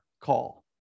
call